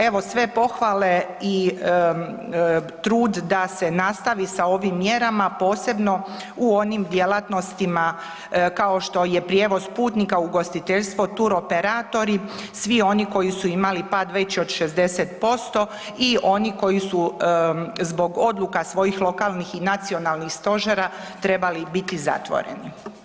Evo, sve pohvale i trud da se nastavi s ovim mjerama posebno u onim djelatnostima kao što je prijevoz putnika, ugostiteljstvo, turoperatori, svi oni koji su imali pad veći od 60% i oni koji su zbog odluka svojih lokalnih i nacionalnih stožera trebali biti zatvoreni.